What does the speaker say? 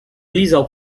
lizał